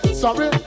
sorry